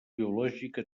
biològica